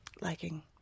liking